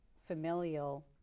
familial